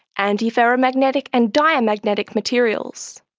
anti-ferromagnetic and diamagnetic materials.